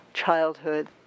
childhood